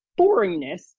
boringness